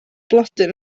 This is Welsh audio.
blodyn